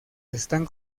están